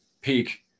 peak